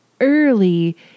early